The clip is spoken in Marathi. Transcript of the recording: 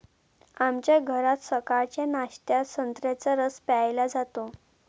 आमच्या घरात सकाळच्या नाश्त्यात संत्र्याचा रस प्यायला जातो